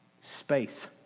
space